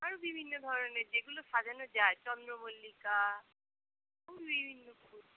আরো বিভিন্ন ধরনের যেগুলো সাজানো যায় চন্দ্রমল্লিকা এরম বিভিন্ন ফুল